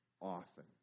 often